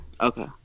Okay